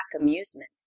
amusement